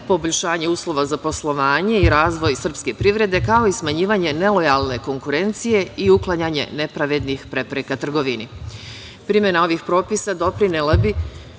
poboljšanje uslova za poslovanje i razvoj srpske privrede, kao i smanjivanje nelojalne konkurencije i uklanjanje nepravednih prepreka u trgovini. Primena novih propisa doprinela bi